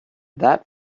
that